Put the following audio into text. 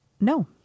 No